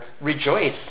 rejoice